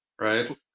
right